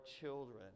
children